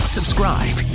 Subscribe